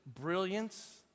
brilliance